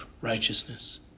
righteousness